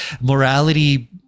Morality